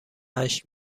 اشک